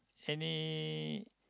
any